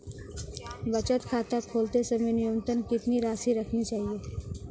बचत खाता खोलते समय न्यूनतम कितनी राशि रखनी चाहिए?